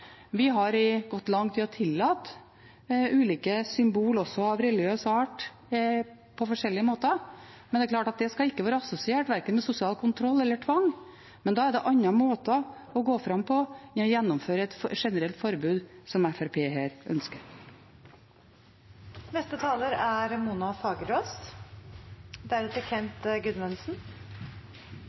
Vi har gått langt i å tillate ulike symbol, også av religiøs art, på forskjellige måter, men det skal ikke være assosiert til verken sosial kontroll eller tvang. Da er det andre måter å gå fram på enn å gjennomføre et generelt forbud, som Fremskrittspartiet her